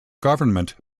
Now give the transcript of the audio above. government